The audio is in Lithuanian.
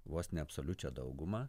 vos ne absoliučią daugumą